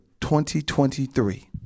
2023